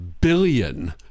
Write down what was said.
billion